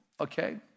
okay